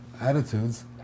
attitudes